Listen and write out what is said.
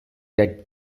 that